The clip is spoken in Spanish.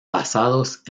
basados